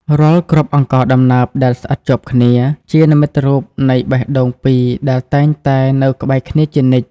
រាល់គ្រាប់អង្ករដំណើបដែលស្អិតជាប់គ្នា ជានិមិត្តរូបនៃបេះដូងពីរដែលតែងតែនៅក្បែរគ្នាជានិច្ច។